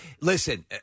listen